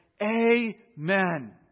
Amen